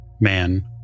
man